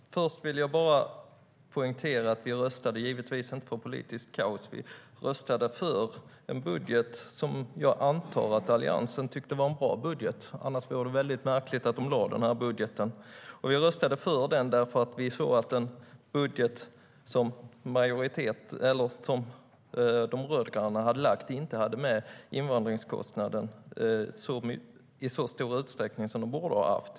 Herr talman! Först vill jag bara poängtera att vi givetvis inte röstade för politiskt kaos utan att vi röstade för en budget som jag antar att Alliansen tyckte var en bra budget. Annars vore det mycket märkligt att man lade fram denna budget. Vi röstade för den därför att vi ansåg att den budget som de rödgröna hade lagt fram inte hade med invandringskostnaderna i så stor utsträckning som den borde ha haft.